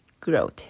growth